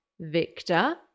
Victor